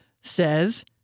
says